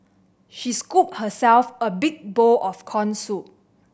she scooped herself a big bowl of corn soup